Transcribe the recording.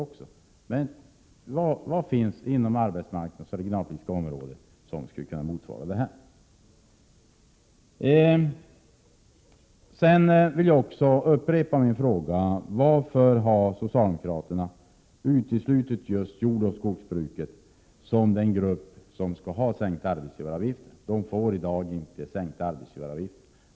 Vilket stöd inom det arbetsmarknadsoch regionalpolitiska området skulle kunna motsvara detta bidrag? Jag vill upprepa min fråga: Varför har socialdemokraterna uteslutit just jordoch skogsbruket från den grupp som får sänkt arbetsgivaravgift?